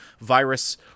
virus